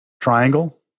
triangle